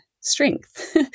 strength